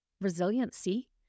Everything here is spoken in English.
resiliency